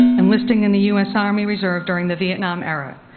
enlisting in the u s. army reserve during the vietnam era.